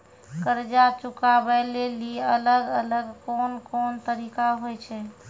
कर्जा चुकाबै लेली अलग अलग कोन कोन तरिका होय छै?